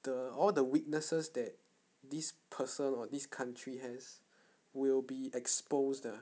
the all the weaknesses that this person or this country has will be exposed 的